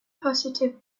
positive